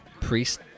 priest